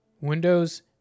Windows